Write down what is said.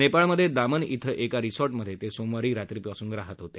नेपाळमध्ये दामन इथं एका रिसॉर्टमध्ये ते सोमवार रात्रीपासून राहत होते